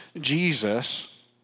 Jesus